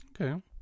okay